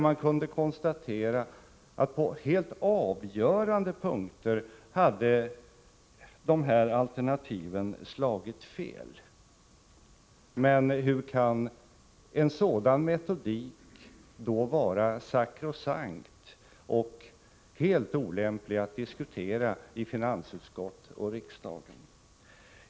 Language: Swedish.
Man kunde konstatera att de olika alternativen hade slagit fel på helt avgörande punkter. Hur kan en sådan metodik då vara sakrosankt och olämplig att diskutera i finansutskott och riksdag?